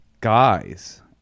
guys